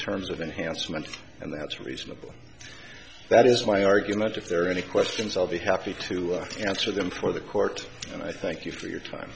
terms of enhancement and that's reasonable that is my argument if there are any questions i'll be happy to answer them for the court and i thank you for your time